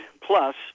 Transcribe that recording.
plus